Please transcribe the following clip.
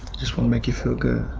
just wanna make you feel good.